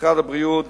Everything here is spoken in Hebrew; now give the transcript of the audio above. משרד הבריאות